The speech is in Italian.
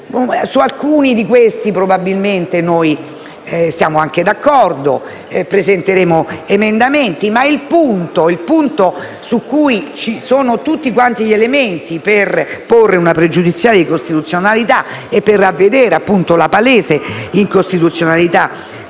su alcuni dei quali probabilmente siamo anche d'accordo e presenteremo degli emendamenti. Il punto su cui ci sono tutti gli elementi per porre una pregiudiziale di costituzionalità e per ravvedere la palese incostituzionalità